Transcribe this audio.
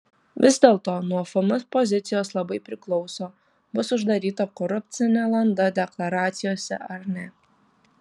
vis dėlto nuo fm pozicijos labai priklauso bus uždaryta korupcinė landa deklaracijose ar ne